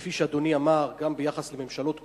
כפי שאדוני אמר גם ביחס לממשלות קודמות,